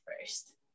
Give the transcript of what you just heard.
first